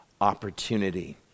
opportunity